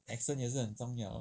accent 也是很重要